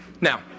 Now